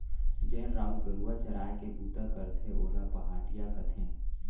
जेन राउत गरूवा चराय के बूता करथे ओला पहाटिया कथें